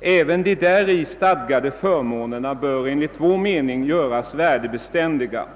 Även de däri stadgade förmånerna bör enligt vår mening göras värdebeständiga.